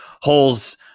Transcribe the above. holes